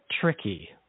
tricky